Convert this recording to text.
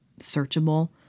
searchable